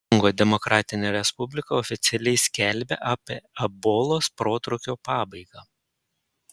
kongo demokratinė respublika oficialiai skelbia apie ebolos protrūkio pabaigą